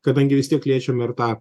kadangi vis tiek liečiam ir tą